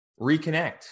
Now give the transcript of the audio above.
reconnect